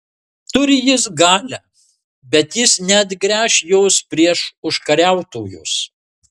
turi jis galią bet jis neatgręš jos prieš užkariautojus